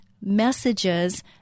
messages